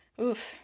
Oof